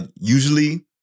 usually